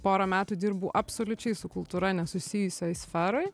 porą metų dirbau absoliučiai su kultūra nesusijusioj sferoj